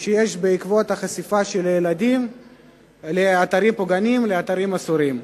שיש בחשיפה של ילדים לאתרים פוגעניים ולאתרים אסורים.